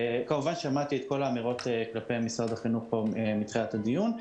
כמובן שמעתי פה את כל האמירות כלפי משרד החינוך מתחילת הדיון.